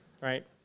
right